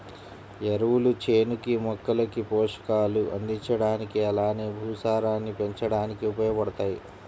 ఎరువులు చేనుకి, మొక్కలకి పోషకాలు అందించడానికి అలానే భూసారాన్ని పెంచడానికి ఉపయోగబడతాయి